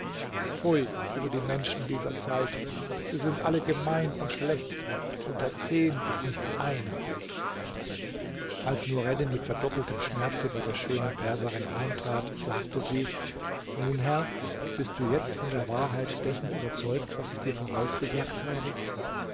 pfui über die menschen dieser zeit sie sind alle gemein und schlecht unter zehn ist nicht einer gut als nureddin mit verdoppeltem schmerze bei der schönen perserin eintrat sagte sie nun herr bist du jetzt von der wahrheit dessen überzeugt was ich dir vorausgesagt habe